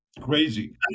Crazy